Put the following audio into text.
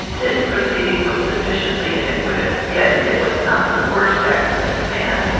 this proceeding was sufficiently iniquitous yet it was not the worst act of this man.